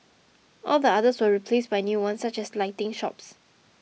all the others were replaced by new ones such as lighting shops